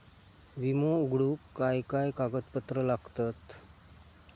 विमो उघडूक काय काय कागदपत्र लागतत?